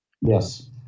Yes